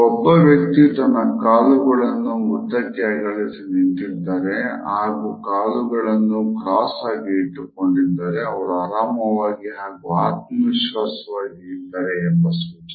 ಒಬ್ಬ ವ್ಯಕ್ತಿ ತನ್ನ ಕಾಲುಗಳನ್ನು ಉದ್ದಕ್ಕೆ ಅಗಲಿಸಿ ನಿಂತಿದ್ದರೆ ಹಾಗು ಕಾಲುಗಳನ್ನು ಕ್ರಾಸ್ ಆಗಿ ಇಟ್ಟುಕೊಂಡಿದ್ದಾರೆ ಅವರು ಆರಾಮಾಗಿ ಹಾಗು ಆತ್ಮವಿಶ್ವಾಸವಾಗಿ ಇದ್ದಾರೆ ಎಂಬ ಸೂಚನೆ ಇದೆ